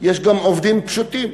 יש גם עובדים פשוטים,